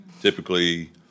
Typically